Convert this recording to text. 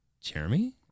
Jeremy